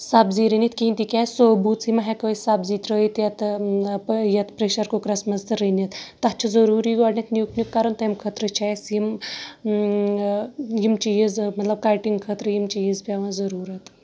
سَبزی رٔنِتھ کِہینۍ تِکیازِ سوبوٗژھٕے مہ ہٮ۪کو أسۍ سَبزی ترٲوِتھ یَتھ یتھ پریشر کُکرس منٛز تہٕ رٔنِتھ تَتھ چھُ ضروٗری گۄڈٕنیتھ نیُک نیُک کَرُن تَمہِ خٲطرٕ چھِ اَسہِ یِم یِم چیٖز مطلب کَٹنگ خٲطرٕ یِم چیٖز پیٚوان ضروٗرت